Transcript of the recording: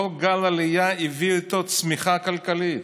כל גל עלייה יביא איתו צמיחה כלכלית.